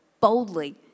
boldly